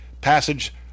passage